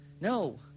no